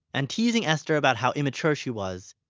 and teasing esther about how immature she was,